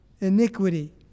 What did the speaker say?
iniquity